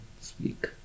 speak